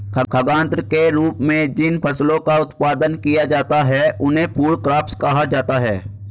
खाद्यान्न के रूप में जिन फसलों का उत्पादन किया जाता है उन्हें फूड क्रॉप्स कहा जाता है